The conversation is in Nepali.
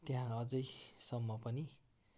त्यहाँ अझैसम्म पनि